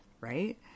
Right